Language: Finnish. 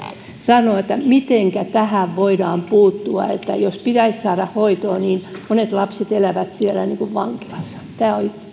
sanoa mitenkä tähän voidaan puuttua että jos pitäisi saada hoitoa niin monet lapset elävät siellä niin kuin vankilassa tämä on